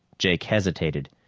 jake hesitated.